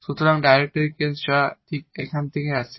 সুতরাং directory case যা ঠিক এখান থেকেই আসে